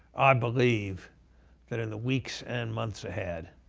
i believe that in the weeks and months ahead,